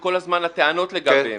שכל הזמן הטענות לגביהם,